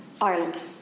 Ireland